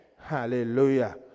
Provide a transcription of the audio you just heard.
Hallelujah